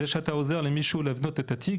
זה שאתה עוזר למישהו לבנות את התיק